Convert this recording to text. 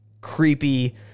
creepy